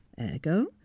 Ergo